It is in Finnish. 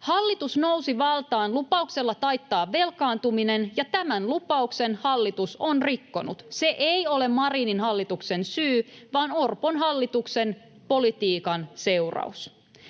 Hallitus nousi valtaan lupauksella taittaa velkaantuminen, ja tämän lupauksen hallitus on rikkonut. Se ei ole Marinin hallituksen syy, vaan Orpon hallituksen politiikan seuraus.